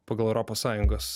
pagal europos sąjungos